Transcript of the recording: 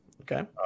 Okay